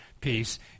peace